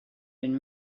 been